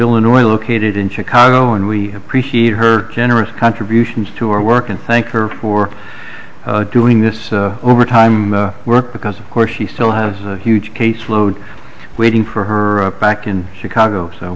illinois located in chicago and we appreciate her generous contributions to our work and thank her for doing this overtime work because of course she still has a huge caseload waiting for her back in chicago